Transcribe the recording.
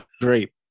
great